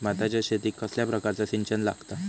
भाताच्या शेतीक कसल्या प्रकारचा सिंचन लागता?